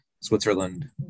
Switzerland